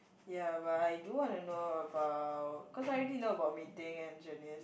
ya but I do want to know about cause I already know about Mei-Ting and Janice